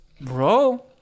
Bro